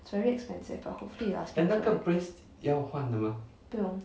it's very expensive ah hopefully it lasts 不用